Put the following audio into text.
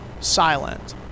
silent